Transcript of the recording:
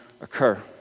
occur